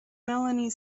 melanie